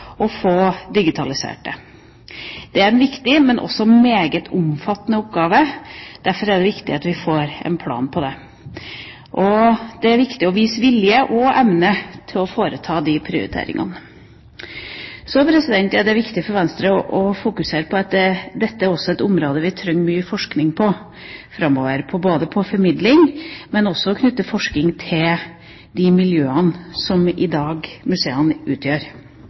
og få digitalisert det. Det er en viktig, men også meget omfattende oppgave. Derfor er det viktig at vi får en plan for det. Det er viktig å vise vilje – og evne – til å foreta de prioriteringene. Så er det viktig for Venstre å fokusere på at dette også er et område vi trenger mye forskning på framover – både når det gjelder formidling og også det å knytte forskning til de miljøene som i dag museene utgjør.